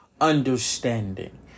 understanding